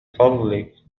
فضلك